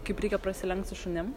kaip reikia prasilenkt su šunim